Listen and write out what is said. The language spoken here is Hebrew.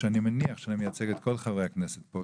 כשאני מניח שאני מייצג את כל חברי הכנסת פה,